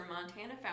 Montana